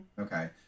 Okay